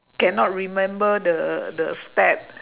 cannot remember the the step